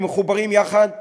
הם מחוברים יחד בחוק,